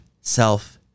self